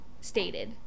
stated